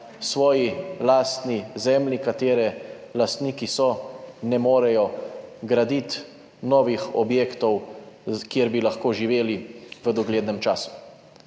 svoji lastni zemlji, katere lastniki so, ne morejo graditi novih objektov, kjer bi lahko živeli v doglednem času.